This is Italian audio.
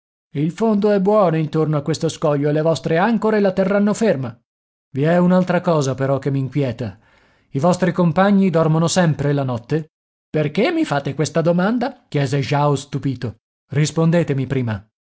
il fondo è buono intorno a questo scoglio e le vostre ancore la terranno ferma i è un'altra cosa però che m'inquieta i vostri compagni dormono sempre la notte perché mi fate questa domanda chiese jao stupito rispondetemi prima